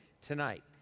tonight